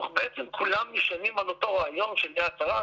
בעצם נשענים על אותו רעיון של "יד שרה",